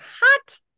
hot